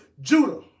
Judah